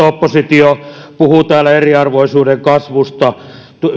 oppositio puhuu täällä eriarvoisuuden kasvusta